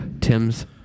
Tim's